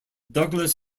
douglas